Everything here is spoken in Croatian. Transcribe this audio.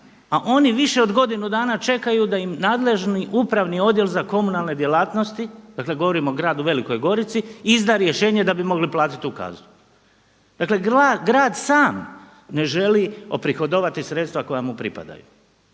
a oni više od godinu dana čekaju da im nadležni upravi odjel za komunalne djelatnosti, dakle govorim o gradu Velikoj Gorici, izda rješenje da bi mogli platiti tu kaznu. Dakle, grad sam ne želi oprihodovati sredstva koja mu pripadaju,